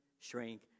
shrink